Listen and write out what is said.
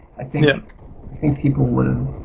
i think yeah think people would